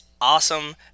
awesome